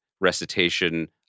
recitation